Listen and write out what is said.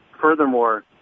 furthermore